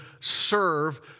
serve